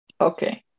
Okay